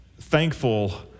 thankful